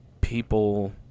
people